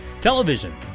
Television